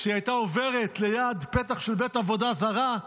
כשהייתה עוברת ליד פתח של בית עבודה זרה,